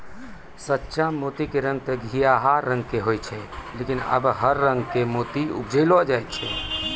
सच्चा मोती के रंग तॅ घीयाहा रंग के होय छै लेकिन आबॅ हर रंग के मोती उपजैलो जाय छै